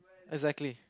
exactly